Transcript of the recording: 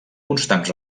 constants